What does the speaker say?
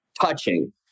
touching